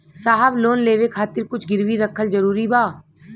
साहब लोन लेवे खातिर कुछ गिरवी रखल जरूरी बा?